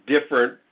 different